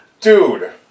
Dude